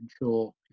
ensure